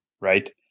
Right